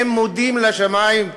והם מודים לשמים.